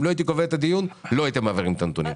אם לא הייתי קובע את הדיון לא הייתם מעבירים את הנתונים.